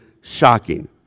shocking